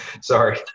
Sorry